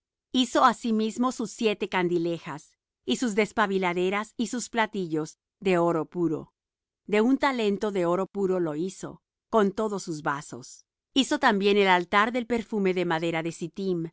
hizo asimismo sus siete candilejas y sus despabiladeras y sus platillos de oro puro de un talento de oro puro lo hizo con todos sus vasos hizo también el altar del perfume de madera de